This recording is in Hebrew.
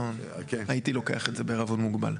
הייתי לוקח את זה בערבון מוגבל.